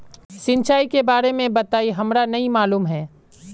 सिंचाई के बारे में बताई हमरा नय मालूम है?